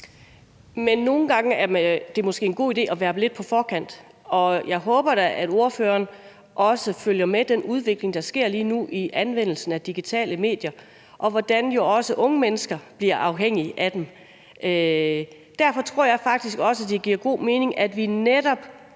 Men nogle gange er det måske en god idé at være lidt på forkant. Jeg håber da, at ordføreren også følger med i den udvikling, der sker lige nu, i anvendelsen af digitale medier, og hvordan unge mennesker bliver afhængige af det. Derfor tror jeg faktisk også, at det giver god mening, at vi netop